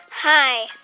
Hi